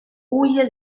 huye